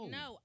no